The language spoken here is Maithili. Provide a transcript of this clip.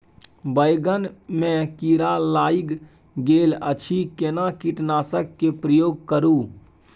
बैंगन में कीरा लाईग गेल अछि केना कीटनासक के प्रयोग करू?